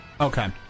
Okay